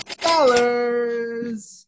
dollars